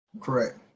correct